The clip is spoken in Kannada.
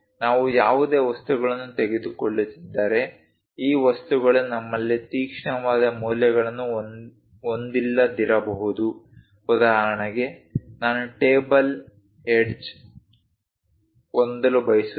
ನಾವು ಯಾವುದೇ ವಸ್ತುಗಳನ್ನು ತೆಗೆದುಕೊಳ್ಳುತ್ತಿದ್ದರೆ ಈ ವಸ್ತುಗಳು ನಮ್ಮಲ್ಲಿ ತೀಕ್ಷ್ಣವಾದ ಮೂಲೆಗಳನ್ನು ಹೊಂದಿಲ್ಲದಿರಬಹುದು ಉದಾಹರಣೆಗೆ ನಾನು ಟೇಬಲ್ ಎಡ್ಜ್ ಹೊಂದಲು ಬಯಸುತ್ತೇನೆ